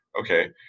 okay